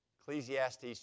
Ecclesiastes